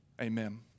Amen